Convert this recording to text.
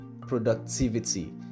productivity